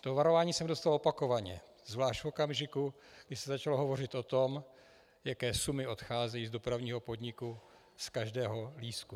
To varování jsem dostal opakovaně, zvlášť v okamžiku, kdy se začalo hovořit o tom, jaké sumy odcházejí z Dopravního podniku z každého lístku.